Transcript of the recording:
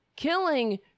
Killing